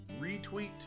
retweet